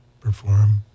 perform